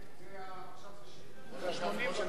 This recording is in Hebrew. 70 זה עכשיו ה-80 של פעם.